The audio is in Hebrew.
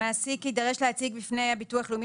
המעסיק יידרש להציג בפני הביטוח לאומי